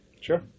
sure